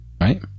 right